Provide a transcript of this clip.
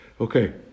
Okay